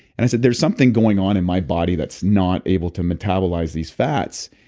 and i said, there's something going on in my body that's not able to metabolize these fats.